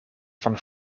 van